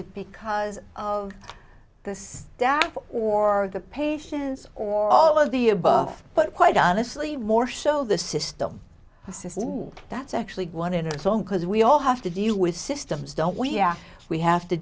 it because of the staff or the patients or all of the above but quite honestly more so the system a system that's actually one in it's own because we all have to deal with systems don't we are we have to